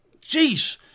Jeez